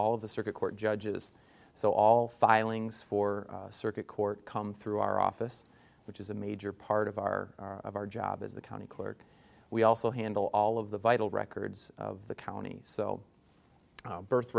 of the circuit court judges so all filings for circuit court come through our office which is a major part of our of our job as the county clerk we also handle all of the vital records of the county so birth